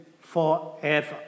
forever